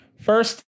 first